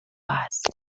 است